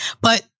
But-